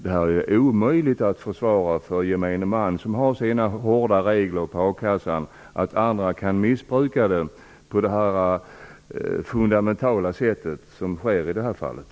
Det är omöjligt att försvara inför gemene man, som möts med hårda regler när det gäller a-kassan, att andra så fundamentalt kan missbruka systemet.